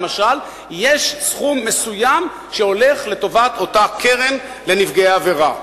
יש סכום מסוים שהולך לטובת אותה קרן לנפגעי עבירה.